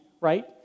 right